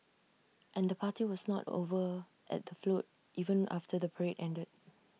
and the party was not over at the float even after the parade ended